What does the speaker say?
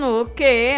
okay